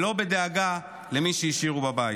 לא בדאגה למי שהשאירו בבית.